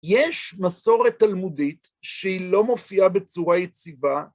יש מסורת תלמודית שהיא לא מופיעה בצורה יציבה.